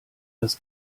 das